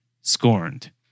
scorned